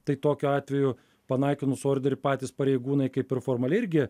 tai tokiu atveju panaikinus orderį patys pareigūnai kaip ir formaliai irgi